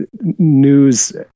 news